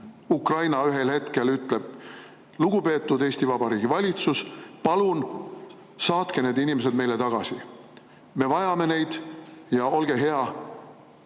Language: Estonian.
Ukraina ühel hetkel ütleb: "Lugupeetud Eesti Vabariigi valitsus, palun saatke need inimesed meile tagasi! Me vajame neid ja olge hea,